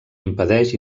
impedeix